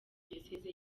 diyoseze